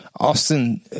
Austin